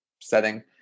setting